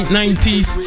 90s